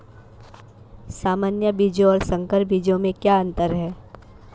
सामान्य बीजों और संकर बीजों में क्या अंतर है?